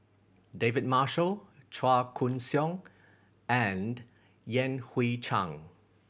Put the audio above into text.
David Marshall Chua Koon Siong and Yan Hui Chang